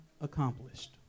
accomplished